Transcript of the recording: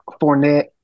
Fournette